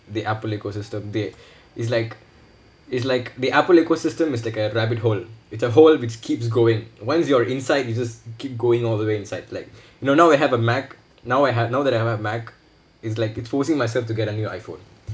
the apple ecosystem they is like is like the apple ecosystem is like a rabbit hole it's a hole which keeps going once you're inside you just keep going all the way inside like like now I have a mac now I have now that I have a mac is like it's forcing myself to get a new iphone